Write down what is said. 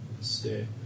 stay